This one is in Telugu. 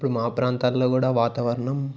ఇప్పుడు మా ప్రాంతాలలో కూడా వాతావరణం